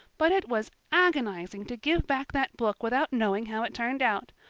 but it was agonizing to give back that book without knowing how it turned out.